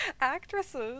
actresses